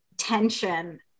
tension